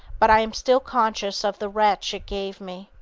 but i am still conscious of the wrench it gave me.